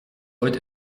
ooit